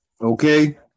Okay